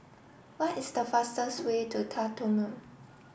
what is the fastest way to Khartoum